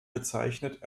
bezeichnet